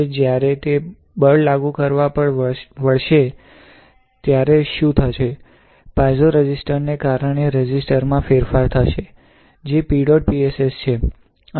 જ્યારે તે બળ લાગુ કરવા પર વળશે ત્યારે શું થશે પાઇઝો રેઝિસ્ટર ને કારણે રેઝિસ્ટર માં ફેરફાર છે જે PEDOT PSS છે